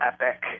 epic